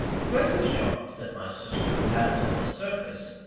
the greatest charms that my sister has on the surface,